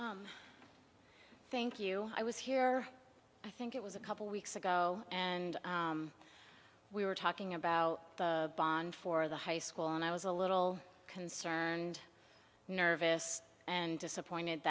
thank you i was here i think it was a couple weeks ago and we were talking about the bond for the high school and i was a little concerned nervous and disappointed